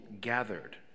gathered